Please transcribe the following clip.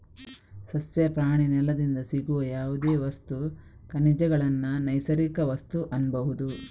ಸಸ್ಯ, ಪ್ರಾಣಿ, ನೆಲದಿಂದ ಸಿಗುವ ಯಾವುದೇ ವಸ್ತು, ಖನಿಜಗಳನ್ನ ನೈಸರ್ಗಿಕ ವಸ್ತು ಅನ್ಬಹುದು